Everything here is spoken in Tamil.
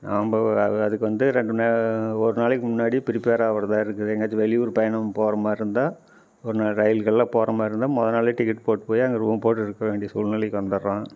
நம்ம அதுக்கு வந்து ரெண்டு நான் ஒரு நாளைக்கு முன்னாடி பிரிப்பேராக ஆவுறதாக இருக்குது எங்கேயாச்சு வெளியூர் பயணம் போறமாதிரி இருந்தா ஒரு நாள் ரயில்களில் போறமாதிரி இருந்தா முத நாளே டிக்கெட் போட்டு போய் அங்கே ரூம் போட்டு இருக்க வேண்டிய சூழ்நிலைக்கு வந்துர்றோம்